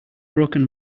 broken